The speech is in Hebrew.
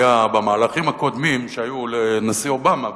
במהלכים הקודמים שהיו לנשיא אובמה,